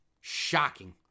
Shocking